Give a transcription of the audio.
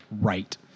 right